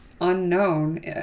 unknown